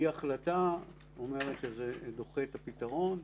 כי אי החלטה אומרת שזה דוחה את הפתרון,